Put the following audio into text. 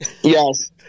Yes